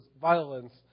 violence